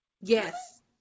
Yes